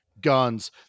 guns